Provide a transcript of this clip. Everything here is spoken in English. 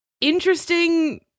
interesting